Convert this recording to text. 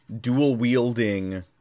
dual-wielding